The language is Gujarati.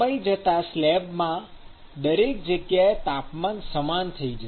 સમય જતાં સ્લેબમાં દરેક જગ્યાએ તાપમાન સમાન થઈ જશે